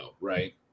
right